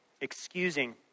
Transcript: excusing